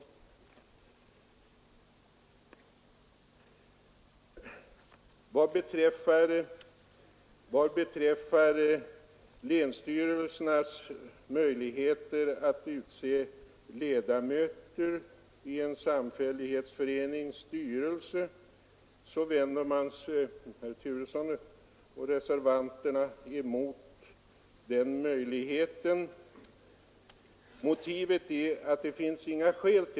Herr Turesson och reservanterna vänder sig mot tanken att länsstyrelserna skulle få utse ledamöter i en samfällighetsförenings styrelse. Det finns inga skäl för en sådan ordning, har det sagts.